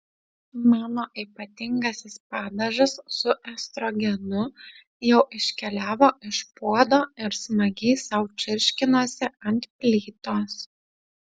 mano ypatingasis padažas su estrogenu jau iškeliavo iš puodo ir smagiai sau čirškinosi ant plytos